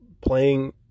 playing